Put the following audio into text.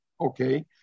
okay